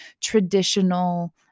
traditional